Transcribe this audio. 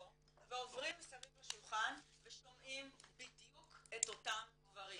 ועוברים מסביב לשולחן ושומעים בדיוק את אותם דברים